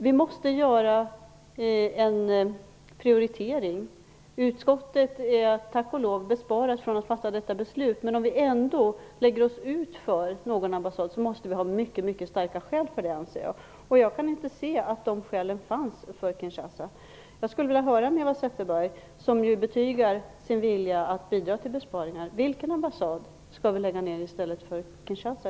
Vi måste göra en prioritering. Utskottet är tack och lov besparat att fatta detta beslut. Men om vi ändå lägger oss ut för någon ambassad måste vi ha mycket starka skäl för det, anser jag. Jag kan inte se att de skälen finns för Kinshasa. Jag skulle vilja höra med Eva Zetterberg, som betygar sin vilja att bidra till besparingar, vilken ambassad skall vi lägga ned i stället för Kinshasa?